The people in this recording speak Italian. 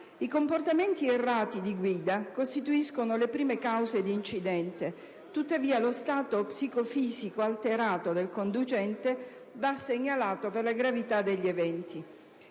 I comportamenti errati di guida costituiscono le prime cause di incidente; tuttavia, lo stato psicofisico alterato del conducente va segnalato per la gravità degli eventi.